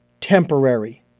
temporary